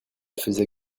faisait